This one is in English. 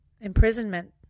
Imprisonment